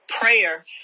prayer